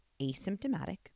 asymptomatic